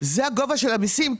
זה גובה המיסים?